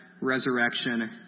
resurrection